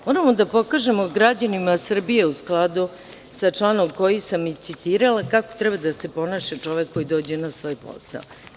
Moramo da pokažemo građanima Srbije u skladu sa članom koji sam citirala kako treba da se ponaša čovek koji dođe na svoj posao.